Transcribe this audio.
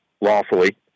lawfully